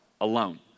alone